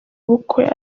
bukwe